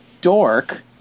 Dork